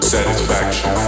Satisfaction